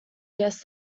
guess